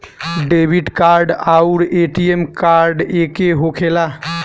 Debit card आउर ATM card एके होखेला?